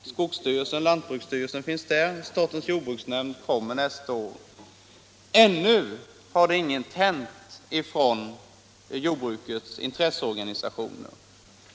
Skogsstyrelsen och lantbruksstyrelsen är utflyttade till Jönköping, och statens jordbruksnämnd kommer dit nästa år. Ännu har emellertid inget hänt i frågan om utflyttning av jordbrukets intresseorganisationer.